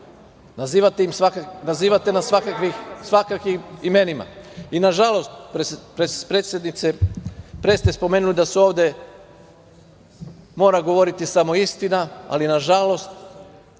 nazivate nas svakakvim imenima. Nažalost, predsednice, pre ste spomenuli da se ovde mora govoriti samo istina, ali nažalost,